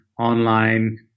online